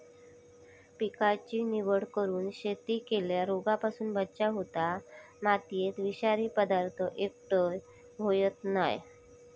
पिकाची निवड करून शेती केल्यार रोगांपासून बचाव होता, मातयेत विषारी पदार्थ एकटय होयत नाय